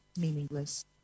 meaningless